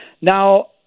Now